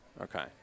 Okay